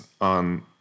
on